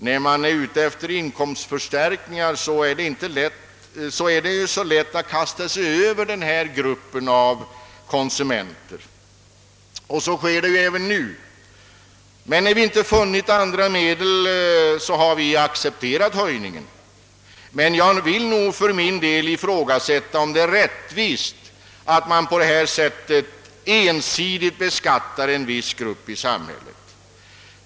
När man är ute efter inkomstförstärkningar, är det så lätt att kasta sig över just denna grupp av konsumenter. Så sker även denna gång. Men när vi inte funnit några andra utvägar, har vi accepterat en höjning. För min del vill jag ifrågasätta, om det är rättvist att på detta sätt ensidigt beskatta en viss grupp i samhället.